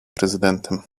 prezydentem